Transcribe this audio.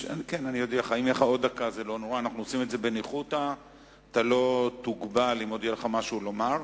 אנחנו עושים את זה בניחותא ולא תוגבל אם יהיה לך עוד משהו לומר.